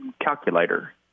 calculator